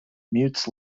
mutes